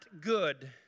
good